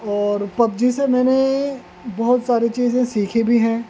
اور PUBG سے میں نے بہت ساری چیزیں سیکھی بھی ہیں